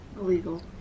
Illegal